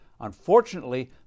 Unfortunately